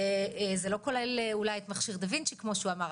זה לא כולל אולי את מכשיר דה וינצ'י כמו שהוא אמר,